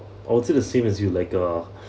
also the same as you like uh